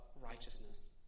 righteousness